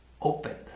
open